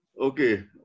Okay